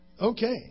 Okay